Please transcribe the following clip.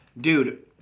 Dude